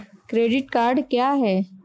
Credit card क्या है?